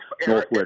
northwest